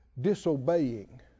disobeying